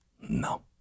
No